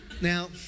Now